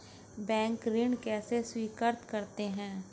Bank ऋण कैसे स्वीकृत करते हैं?